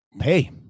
hey